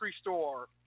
store